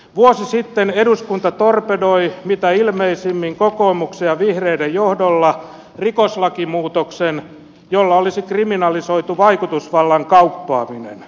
vuosi sitten eduskunta torpedoi mitä ilmeisimmin kokoomuksen ja vihreiden johdolla rikoslakimuutoksen jolla olisi kriminalisoitu vaikutusvallan kauppaaminen